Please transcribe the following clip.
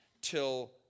till